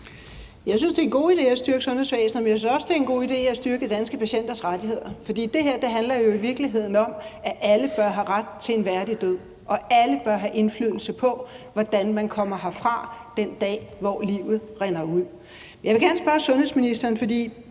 Jeg synes, det er en god idé at styrke sundhedsvæsenet, men jeg synes også, det er en god idé at styrke danske patienters rettigheder. For det her handler jo i virkeligheden om, at alle bør have ret til en værdig død, og at alle bør have indflydelse på, hvordan man kommer herfra den dag, hvor livet rinder ud. Sundhedsstyrelsen